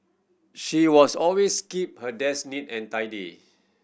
she was always keep her desk neat and tidy